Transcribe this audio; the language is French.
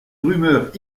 rumeur